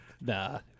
nah